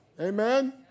Amen